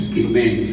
amen